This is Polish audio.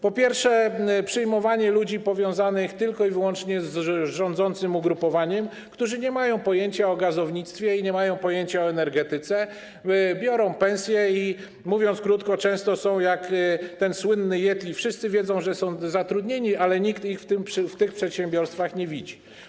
Po pierwsze, przyjmowanie ludzi powiązanych tylko i wyłącznie z ugrupowaniem rządzącym, którzy nie mają pojęcia o gazownictwie i nie mają pojęcia o energetyce, biorą pensje i - mówiąc krótko - często są jak słynny yeti: wszyscy wiedzą, że są zatrudnieni, ale nikt ich w tych przedsiębiorstwach nie widzi.